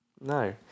No